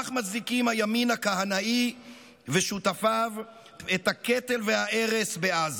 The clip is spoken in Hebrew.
כך מצדיקים הימין הכהנאי ושותפיו את הקטל וההרס בעזה,